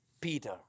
Peter